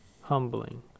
Humbling